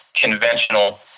conventional